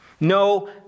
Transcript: No